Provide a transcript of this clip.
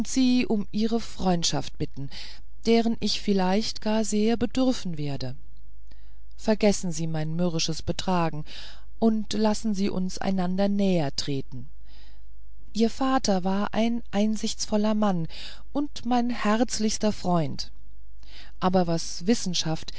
sie um ihre freundschaft bitten deren ich vielleicht gar sehr bedürfen werde vergessen sie mein mürrisches betragen und lassen sie uns einander näher treten ihr vater war ein einsichtsvoller mann und mein herzlichster freund aber was wissenschaft